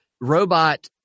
robot